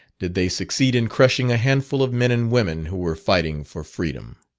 did they succeed in crushing a handful of men and women who were fighting for freedom.